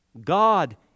God